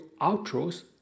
outros